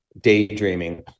daydreaming